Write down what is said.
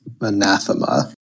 anathema